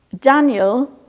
Daniel